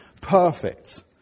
perfect